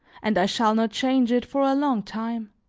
and i shall not change it for a long time.